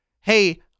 hey